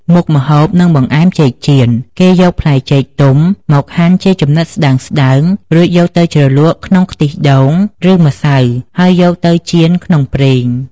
មុខម្ហូប និងបង្អែមចេកចៀន គេយកផ្លែចេកទុំមកហាន់ជាចំណិតស្តើងៗ រួចយកទៅជ្រលក់ក្នុងខ្ទិះដូង ឬម្សៅហើយយកទៅចៀនក្នុងប្រេង។